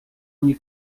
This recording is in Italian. ogni